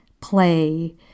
play